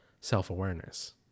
self-awareness